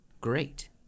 great